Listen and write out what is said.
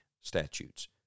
statutes